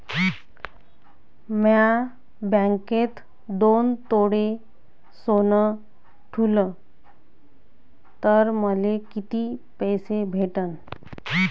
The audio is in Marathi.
म्या बँकेत दोन तोळे सोनं ठुलं तर मले किती पैसे भेटन